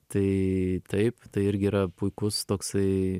tai taip tai irgi yra puikus toksai